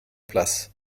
place